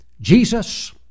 Jesus